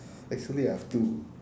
actually I have two